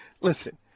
Listen